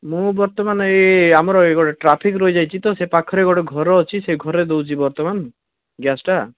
ମୁଁ ବର୍ତ୍ତମାନ ଏହି ଆମର ଏହି ଗୋଟେ ଟ୍ରାଫିକ ରହିଯାଇଛି ତ ସେ ପାଖରେ ଗୋଟେ ଘର ଅଛି ସେହି ଘରେ ଦଉଛି ବର୍ତ୍ତମାନ ଗ୍ୟାସ ଟା